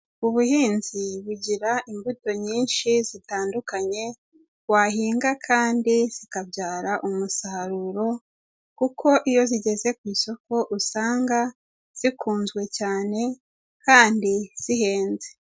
Ubuhinzi bugira imbuto nyinshi zitandukanye wahinga kandi zikabyara umusaruro, kuko iyo zigeze ku isoko usanga zikunzwe cyane kandi zihenze.